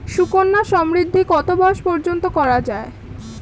সুকন্যা সমৃদ্ধী কত বয়স পর্যন্ত করা যায়?